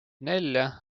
nelja